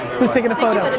who's taking a photo?